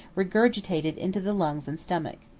regurgitated into the lungs and stomach.